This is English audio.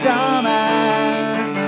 Dumbass